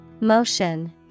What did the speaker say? Motion